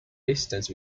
distance